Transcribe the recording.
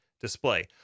display